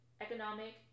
economic